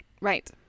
Right